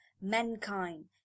mankind